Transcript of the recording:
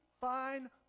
fine